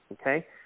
Okay